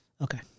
Okay